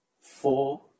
four